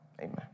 amen